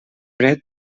fred